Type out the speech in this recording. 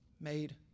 made